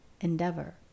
endeavor